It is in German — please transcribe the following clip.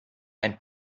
ein